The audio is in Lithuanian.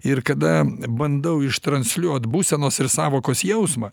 ir kada bandau ištransliuot būsenos ir sąvokos jausmą